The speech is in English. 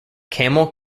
camel